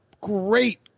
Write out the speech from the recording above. great